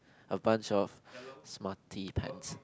a bunch of smarty pants